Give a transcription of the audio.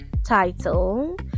title